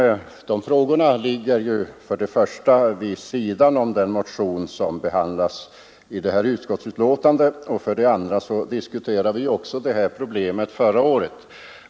För det första ligger dessa frågor vid sidan av den motion som behandlats i detta betänkande. För det andra diskuterade vi även detta problem förra året.